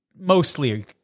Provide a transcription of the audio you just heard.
mostly